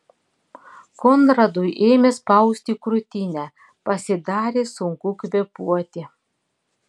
konradui ėmė spausti krūtinę pasidarė sunku kvėpuoti